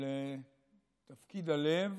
על תפקיד הלב